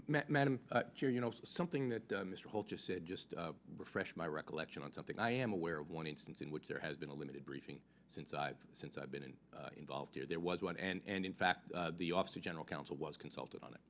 matt i'm sure you know something that mr holt just said just refresh my recollection on something i am aware of one instance in which there has been a limited briefing since i've since i've been involved here there was one and in fact the office of general counsel was consulted on it